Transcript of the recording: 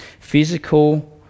physical